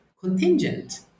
contingent